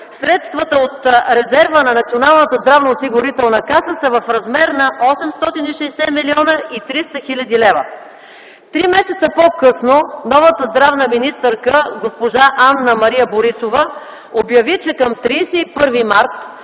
средствата от резерва на Националната здравноосигурителна каса са в размер на 860 млн. 300 хил. лв. Три месеца по-късно новата здравна министърка госпожа Анна-Мария Борисова обяви, че към 31 март